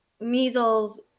measles